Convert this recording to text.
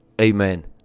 amen